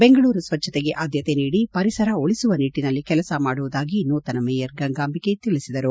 ಬೆಂಗಳೂರು ಸ್ವಜ್ಞತೆಗೆ ಆದ್ದತೆ ನೀಡಿ ಪರಿಸರ ಉಳಿಸುವ ನಿಟ್ಟನಲ್ಲಿ ಕೆಲಸ ಮಾಡುವುದಾಗಿ ನೂತನ ಮೇಯರ್ ಗಂಗಾಂಬಿಕೆ ತಿಳಿಸಿದರು